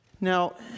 Now